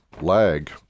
lag